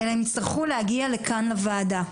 אלא הם הצטרכו להגיע לכאן לוועדה.